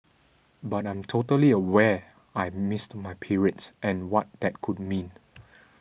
but I'm totally aware I missed my periods and what that could mean